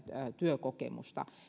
työkokemusta